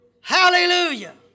hallelujah